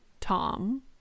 Tom